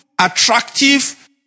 attractive